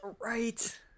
Right